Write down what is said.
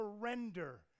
surrender